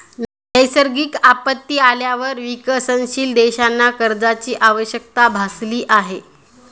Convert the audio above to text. नैसर्गिक आपत्ती आल्यावर विकसनशील देशांना कर्जाची आवश्यकता भासली आहे